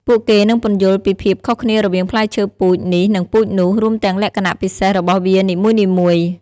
ពួកគេនឹងពន្យល់ពីភាពខុសគ្នារវាងផ្លែឈើពូជនេះនិងពូជនោះ រួមទាំងលក្ខណៈពិសេសរបស់វានីមួយៗ។